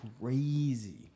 crazy